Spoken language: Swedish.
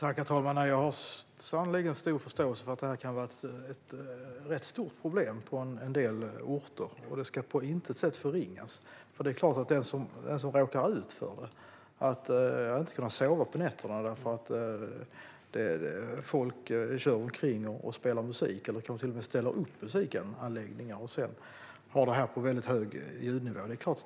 Herr talman! Jag har sannerligen stor förståelse för att det kan vara ett rätt stort problem på en del orter. Det ska på intet sätt förringas. Det är klart att det är ett stort bekymmer för dem som drabbas av att inte kunna sova på nätterna för att folk kör omkring och spelar musik eller till och med ställer upp musikanläggningar och har det på väldigt hög ljudnivå.